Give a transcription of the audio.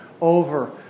over